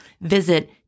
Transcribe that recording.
Visit